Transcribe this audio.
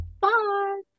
Bye